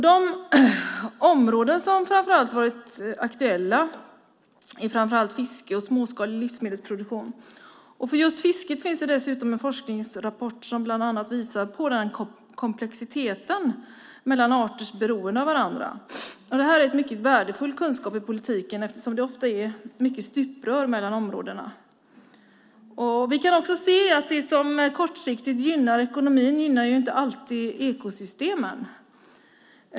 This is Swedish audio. De områden som har varit aktuella är framför allt fiske och småskalig livsmedelsproduktion. För just fisket finns det dessutom en forskningsrapport som bland annat visar på komplexiteten i arters beroende av varandra. Det här är en mycket värdefull kunskap i politiken eftersom det ofta är mycket av stuprör mellan områdena. Vi kan se att det som kortsiktigt gynnar ekonomin inte alltid gynnar ekosystemen.